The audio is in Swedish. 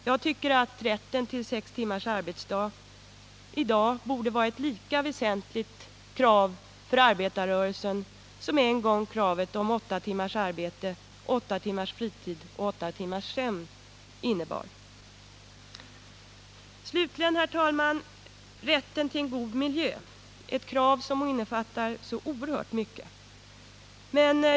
Jag tycker att rätten till sex timmars arbetsdag i dag borde vara ett för arbetarrörelsen lika väsentligt krav som en gång kravet på åtta timmars arbete, åtta timmars fritid och åtta timmars sömn var. Slutligen, herr talman, vill jag ta upp rätten till en god miljö — ett krav som innefattar så oerhört mycket.